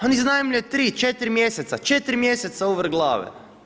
On iznajmljuje 3, 4 mjeseca, 4 mjeseca uvrh glave.